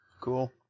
Cool